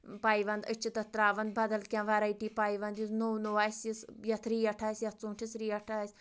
پایونٛد أسۍ چھِ تَتھ ترٛاوَان بَدَل کینٛہہ وَیرایٹی پایونٛد یُس نوٚو نوٚو آسِہ یُس یَتھ ریٹ آسِہ یَتھ ژوٗنٛٹھِس ریٹ آسہِ